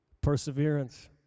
Perseverance